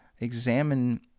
examine